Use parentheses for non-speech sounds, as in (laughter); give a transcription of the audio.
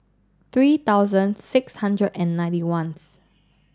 three thousand six hundred and ninety one (unintelligible)